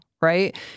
right